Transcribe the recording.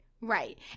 right